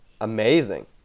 amazing